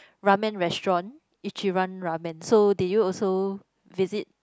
ramen restaurant Ichiran ramen so did you also visit